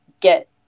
get